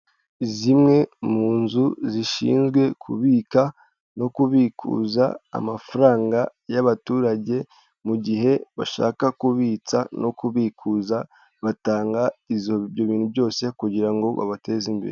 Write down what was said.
Zimwe mu nzu zishinzwe kubika no kubikuza amafaranga y'abaturage mu gihe bashaka kubitsa no kubikuza batanga bintu byose kugira ngo babateze imbere.